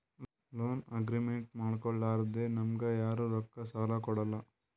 loan agreement ಮಾಡ್ಕೊಲಾರ್ದೆ ನಮ್ಗ್ ಯಾರು ರೊಕ್ಕಾ ಸಾಲ ಕೊಡಲ್ಲ